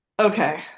Okay